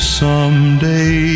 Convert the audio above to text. someday